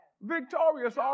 victorious